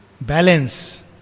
balance